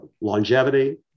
longevity